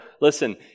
Listen